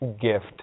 gift